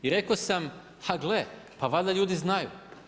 I rekao sa, ha gle, pa valjda ljudi znaju.